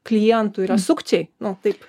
klientų yra sukčiai nu taip